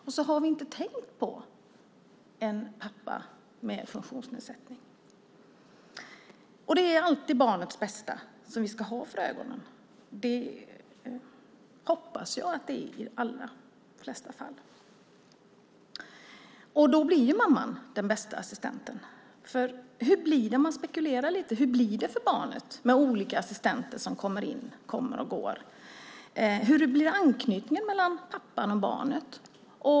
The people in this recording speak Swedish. Men vi har inte tänkt på en pappa med funktionsnedsättning. Vi ska alltid ha barnets bästa för ögonen. Så hoppas jag att det är i de allra flesta fall. Då blir ju mamman den bästa assistenten, för hur blir det - om man spekulerar lite - med olika assistenter som kommer och går? Hur blir anknytningen mellan pappan och barnet?